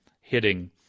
hitting